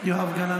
בעד גילה